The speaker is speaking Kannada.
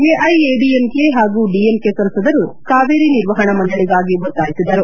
ಎಐಎಡಿಎಂಕೆ ಹಾಗೂ ಡಿಎಂಕೆ ಸಂಸದರು ಕಾವೇರಿ ನಿರ್ವಹಣಾ ಮಂಡಳಿಗಾಗಿ ಒತ್ತಾಯಿಸಿದರು